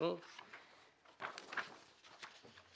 פה אחד פניות מספר 432 עד 435 נתקבלו.